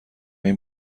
این